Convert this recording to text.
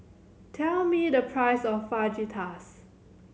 tell me the price of Fajitas